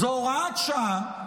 זו הוראת שעה,